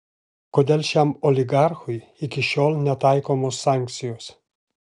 kodėl šiam oligarchui iki šiol netaikomos sankcijos